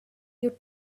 you